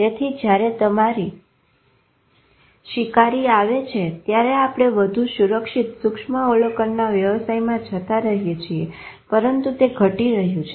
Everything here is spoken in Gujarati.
તેથી જયારે તમારો શીકરી આવે છે ત્યારે આપણે વધુ સુરક્ષિત સુક્ષ્મ અવલોકનના વ્યવસાયમાં જતા રહીએ છીએ પરંતુ તે ઘટી રહ્યું છે